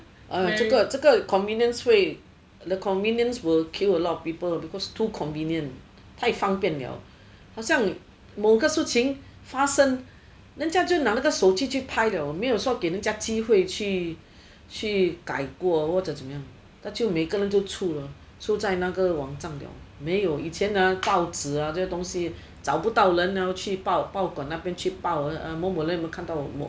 uh 这个这个 convenience 会 the convenience will kill a lot of people because too convenient 太方便了好像某个事情发生人家就拿那个手机去拍了没有说给人家机会去改过或者怎么样那就每个人就出 lor 出在那个网张了没有以前啊报纸这个东西找不到人然后去报保管那边去报有没有看到